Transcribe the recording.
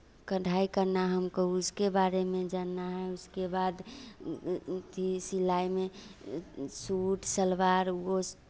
कढ़ाई करना हमको उसके बारे में जानना है उसके बाद सिलाई में सूट सलवार वो